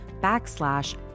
backslash